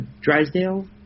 Drysdale